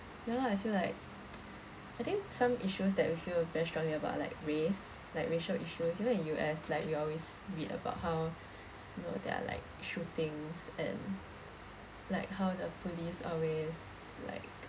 yah lah I feel like I think some issues that we feel very strongly about like race like racial issues you know in U_S like we always read about how you know there are like shootings and like how the police always like